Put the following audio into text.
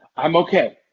i'm okay.